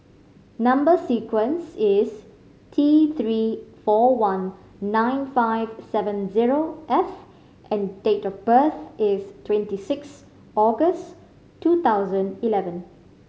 number sequence is T Three four one nine five seven zero F and date of birth is twenty six August two thousand eleven